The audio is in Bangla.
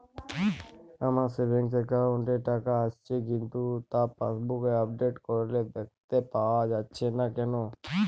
আমার সেভিংস একাউন্ট এ টাকা আসছে কিন্তু তা পাসবুক আপডেট করলে দেখতে পাওয়া যাচ্ছে না কেন?